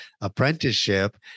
apprenticeship